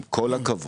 עם כל הכבוד,